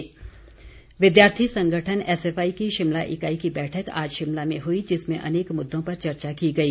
SFI विद्यार्थी संगठन SFI की शिमला इकाई की बैठक आज शिमला में हुई जिसमें अनेक मुददों पर चर्चा की गई